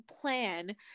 plan